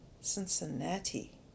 cincinnati